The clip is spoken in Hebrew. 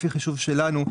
לפי החישוב שלנו,